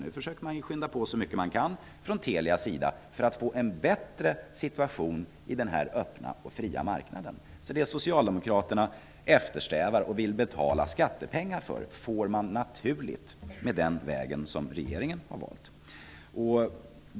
Nu försöker man skynda på så mycket man kan från Telias sida för att få en bättre situation på den öppna och fria marknaden. Det socialdemokraterna eftersträvar och vill betala skattepengar för får man naturligt om man går den väg som regeringen har valt.